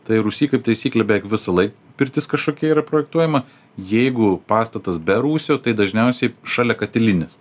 tai rūsy kaip taisyklė beveik visąlaik pirtis kažkokia yra projektuojama jeigu pastatas be rūsio tai dažniausiai šalia katilinės